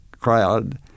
crowd